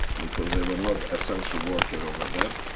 because they were not essential worker over there,